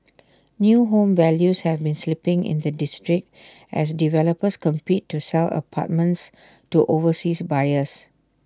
new home values have been slipping in the district as developers compete to sell apartments to overseas buyers